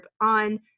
on